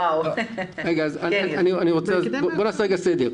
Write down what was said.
בואו נעשה סדר.